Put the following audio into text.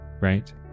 right